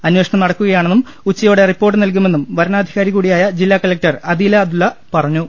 അന്വേഷണം നടക്കുകയാണെന്നും ഉച്ചയോടെ റിപ്പോർട്ട് നൽകുമെന്നും വരണാധികാരി കൂടിയായ ജില്ലാ കലക്ടർ അദീല അബ്ദുല്ല പറഞ്ഞു